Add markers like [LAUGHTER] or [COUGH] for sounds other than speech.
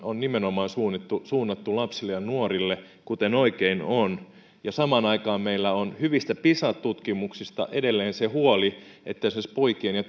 on nimenomaan suunnattu lapsille ja nuorille kuten oikein on ja samaan aikaan meillä on hyvistä pisa tutkimuksista edelleen se huoli että esimerkiksi poikien ja [UNINTELLIGIBLE]